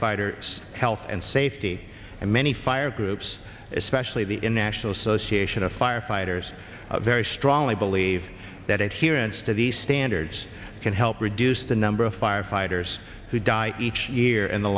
fighters health and safety and many fire groups especially the international association of firefighters very strongly believe that here instead the standards can help reduce the number of firefighters who die each year in the